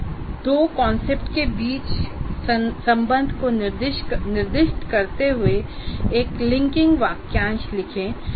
फिर 2 कॉन्सेप्ट्स के बीच संबंध को निर्दिष्ट करते हुए एक लिंकिंग वाक्यांश लिखें